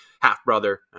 half-brother